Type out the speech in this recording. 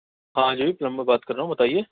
ہاں جی پلمبر بات کر رہا ہوں بتائیے